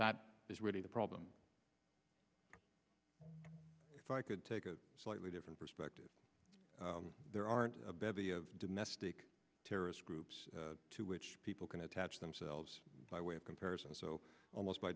that is really the problem if i could take a slightly different perspective there aren't a bevy of domestic terrorist groups to which people can attach themselves by way of comparison so almost by